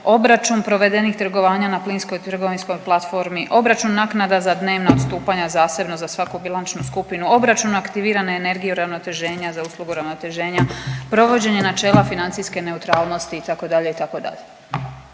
obračun provedenih trgovanja na plinskoj trgovinskoj platformi, obračun naknada za dnevna odstupanja zasebno za svaku bilančnu skupinu obračuna aktivirane energije uravnoteženja za uslugu uravnoteženja, provođenje načela financijske neutralnosti itd.